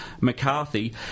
McCarthy